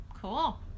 Cool